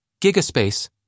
Gigaspace